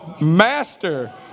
master